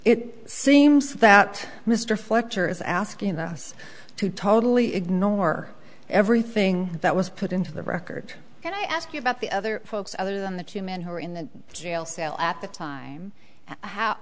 it seems that mr fletcher is asking us to totally ignore everything that was put into the record and i ask you about the other folks other than the two men who were in the jail cell at the time how